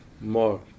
more